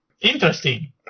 Interesting